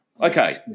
Okay